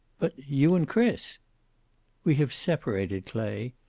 but you and chris we have separated, clay.